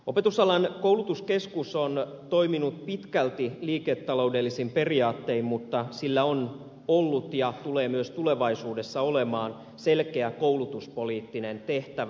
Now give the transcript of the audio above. opetusalan koulutuskeskus on toiminut pitkälti liiketaloudellisin periaattein mutta sillä on ollut ja tulee myös tulevaisuudessa olemaan selkeä koulutuspoliittinen tehtävä